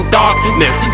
darkness